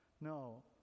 no